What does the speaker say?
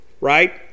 right